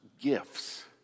gifts